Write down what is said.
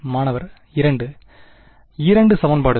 மாணவர்இரண்டு இரண்டு சமன்பாடுகள்